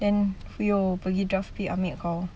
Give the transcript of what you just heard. then you beli draft pick ambil kau